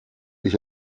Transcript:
ich